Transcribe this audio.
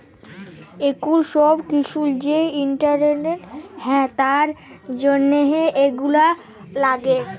এখুল সব কিসু যে ইন্টারলেটে হ্যয় তার জনহ এগুলা লাগে